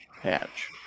patch